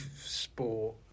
sport